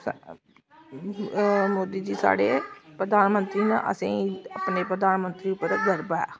मोदी जी साढ़े प्रधानमंंत्री न असेंगी अपने प्रधानमंत्री उप्पर गर्व ऐ